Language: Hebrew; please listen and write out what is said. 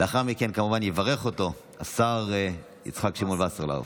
לאחר מכן יברך אותו השר יצחק שמעון וסרלאוף,